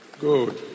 Good